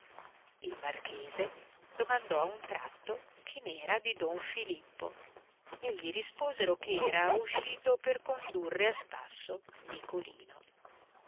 il marchese domandò a un tratto che n'era di don filippo e gli risposero che era uscito per condurre a spasso nicolino